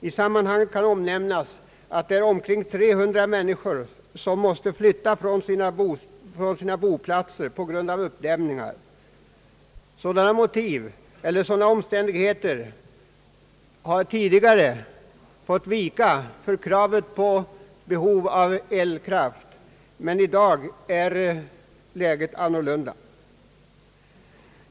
I sammanhanget kan nämnas, att det är omkring 300 människor som skulle tvingas flytta från sina boplatser på grund av uppdämningar. Sådana omständigheter har tidigare fått vika inför behovet av elkraft, men i dag är läget annorlunda.